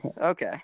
Okay